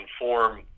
inform